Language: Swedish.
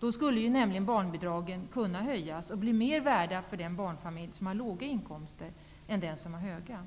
Då skulle nämligen barnbidragen kunna höjas och bli mer värda för den barnfamilj som har låga inkomster än för den som har höga.